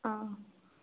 ಆಂ